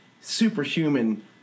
superhuman